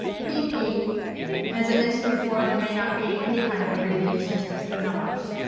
p p, and as i mentioned before there may not be any kind of abbreviation, just the numbers.